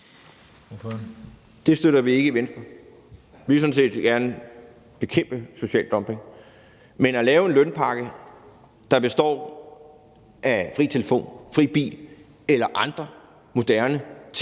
Det støtter vi ikke i Venstre. Vi vil sådan set gerne bekæmpe social dumping. Men at lave en lønpakke, der består af fri telefon, fri bil eller andre moderne ting,